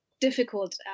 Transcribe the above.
difficult